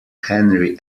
henry